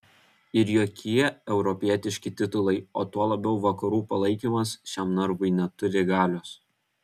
ir jokie europietiški titulai o tuo labiau vakarų palaikymas šiam narvui neturi galios